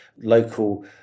local